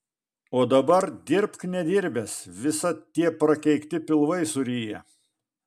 o dabar dirbk nedirbęs visa tie prakeikti pilvai suryja